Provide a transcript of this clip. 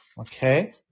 okay